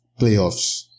playoffs